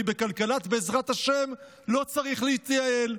כי בכלכלת בעזרת השם לא צריך להתייעל,